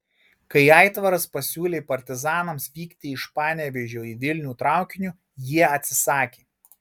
kai aitvaras pasiūlė partizanams vykti iš panevėžio į vilnių traukiniu jie atsisakė